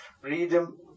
freedom